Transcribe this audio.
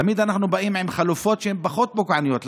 תמיד אנחנו באים עם חלופות פחות פוגעניות.